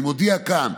אני מודיע כאן